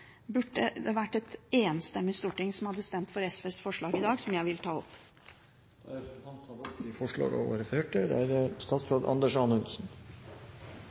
burde det vært et enstemmig storting som i dag hadde stemt for SVs forslag, som jeg vil ta opp. Representanten Karin Andersen har tatt opp de forslagene hun refererte til.